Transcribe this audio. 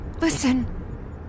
Listen